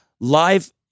Live